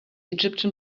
egyptian